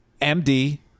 M-D